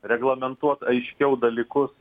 reglamentuot aiškiau dalykus